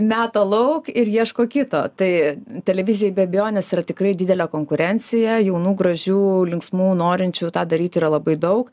meta lauk ir ieško kito tai televizija be abejonės yra tikrai didelė konkurencija jaunų gražių linksmų norinčių tą daryti yra labai daug